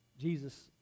jesus